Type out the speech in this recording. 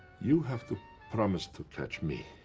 you have to promise to catch me.